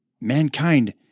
mankind